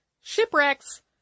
shipwrecks